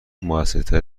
موثرتری